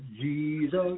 Jesus